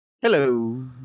Hello